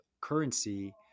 currency